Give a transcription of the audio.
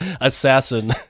assassin